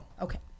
Okay